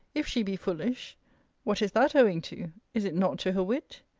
if she be foolish what is that owing to is it not to her wit?